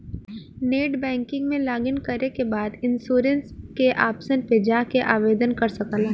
net banking में login करे के बाद इन्शुरन्स के ऑप्शन पे जाके आवेदन कर सकला